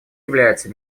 является